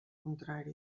contrari